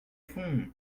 fond